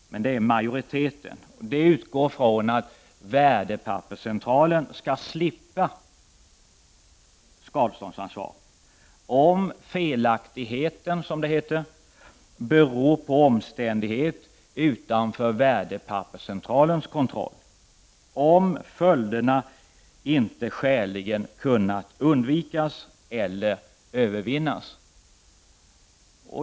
Men det är majoriteten i utskottet som gör det. Utskottsmajoriteten utgår från att Värdepapperscentralen skall slippa skadeståndsansvar om felaktigheten, som det heter, beror på omständighet utanför Värdepapperscentralens kontroll, om följderna inte skäligen kunnat undvikas eller övervinnas.